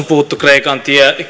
puhuttu kreikan